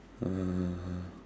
uh